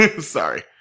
Sorry